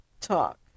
talk